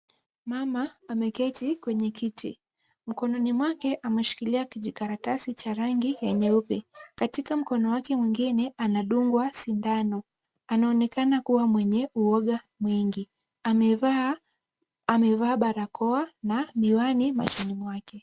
Mama ameketi kwenye kiti ,mkononi mwake ameshikilia kijikaratasi cha rangi ya nyeupe ,katika mkono wake mwingine anadungwa sindano. Anaonekana kuwa mwenye uoga mwingi. Amevaa barakoa na miwani machoni mwake.